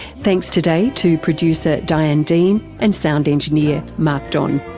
thanks today to producer diane dean and sound engineer mark don.